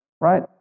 right